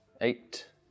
eight